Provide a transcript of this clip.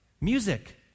music